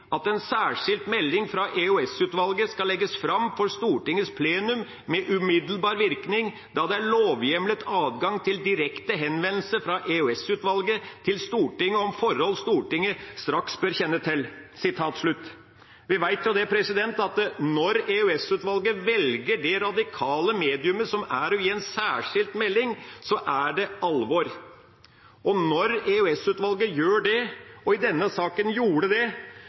at en særskilt melding fra EOS-utvalget skal legges frem for Stortingets plenum med umiddelbar virkning da det er lovhjemlet adgang til direkte henvendelse fra EOS-utvalget til Stortinget om forhold Stortinget straks bør kjenne til.» Vi vet jo det at når EOS-utvalget velger det radikale medium som er å gi en særskilt melding, er det alvor. Når EOS-utvalget gjør det, og i denne saken gjorde det,